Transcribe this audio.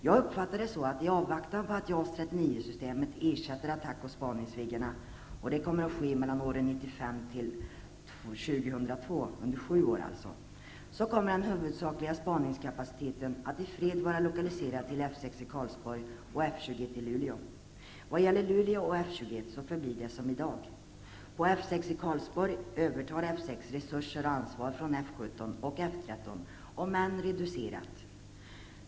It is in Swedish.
Jag uppfattar det så att i avvaktan på att JAS 39 det kommer att ske mellan åren 1995 och 2002, sju år alltså -- kommer den huvudsakliga spaningskapaciteten i fredstid att vara lokaliserad till F 6 i Karlsborg och F 21 i Luleå. Vad gäller Luleå och F 21 förblir det som i dag. På F 6 i och F 13, om än i reducerad omfattning.